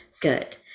good